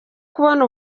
kubona